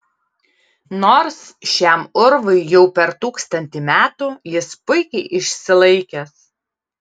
nors šiam urvui jau per tūkstantį metų jis puikiai išsilaikęs